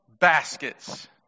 baskets